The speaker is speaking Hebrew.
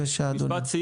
בספורט.